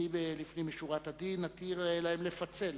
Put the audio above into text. לפנים משורת הדין אני אתיר להם לפצל.